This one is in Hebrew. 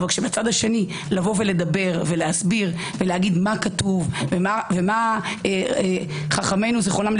אבל כשבצד שני להסביר מה כתוב ומה חכמינו ז"ל